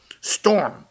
Storm